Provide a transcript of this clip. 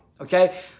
Okay